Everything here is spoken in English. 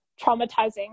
traumatizing